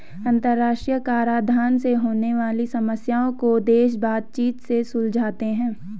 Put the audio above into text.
अंतरराष्ट्रीय कराधान से होने वाली समस्याओं को देश बातचीत से सुलझाते हैं